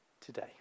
today